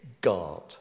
God